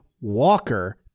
Walker